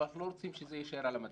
אבל אנחנו לא רוצים שזה יישאר על המדף.